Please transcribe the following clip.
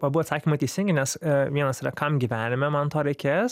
abu atsakymai teisingi nes vienas yra kam gyvenime man to reikės